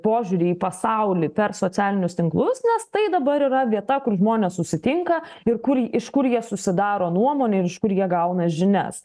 požiūrį į pasaulį per socialinius tinklus nes tai dabar yra vieta kur žmonės susitinka ir kur iš kur jie susidaro nuomonę ir iš kur jie gauna žinias